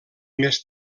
més